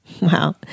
Wow